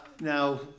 Now